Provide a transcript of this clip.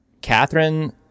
Catherine